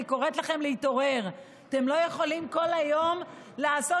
אני קוראת לכם להתעורר: אתם לא יכולים כל היום לעשות